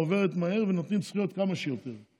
היא עוברת מהר ונותנים כמה שיותר זכויות.